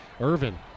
Irvin